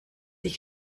ich